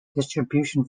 distribution